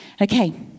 Okay